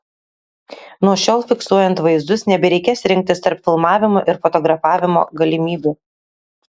nuo šiol fiksuojant vaizdus nebereikės rinktis tarp filmavimo ir fotografavimo galimybių